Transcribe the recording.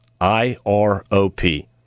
I-R-O-P